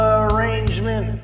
arrangement